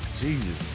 Jesus